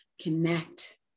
connect